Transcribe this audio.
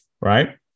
right